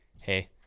hey